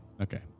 Okay